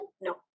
No